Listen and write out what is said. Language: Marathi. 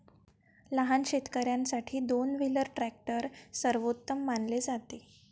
लहान शेतकर्यांसाठी दोन व्हीलर ट्रॅक्टर सर्वोत्तम मानले जाते